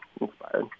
inspired